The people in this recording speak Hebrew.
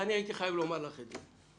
לכן הייתי חייב לומר לך את זה.